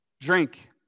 drink